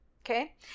Okay